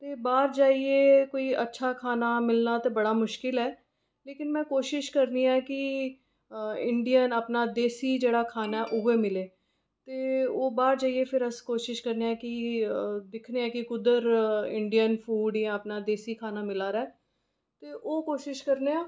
बाहर जाइयै अच्छा खाना मिलना बहुत मुश्किल ऐ लेकिन में कोशिश करनी आं कि इंड़ियन जेह्ड़ा देसी अपना खाना ऐ ओह् ही मिलै ते ओह् बाहर जाइऐ अस दिक्खने कुद्धर इंडियन अपना देसी खाना मिला दा ते ओह् कोशिश करने आं